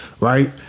right